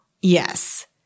Yes